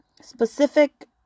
specific